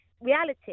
reality